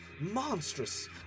monstrous